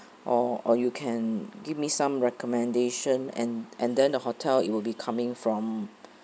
or or you can give me some recommendation and and then the hotel it will be coming from